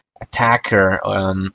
attacker